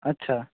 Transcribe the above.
আচ্ছা